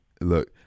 Look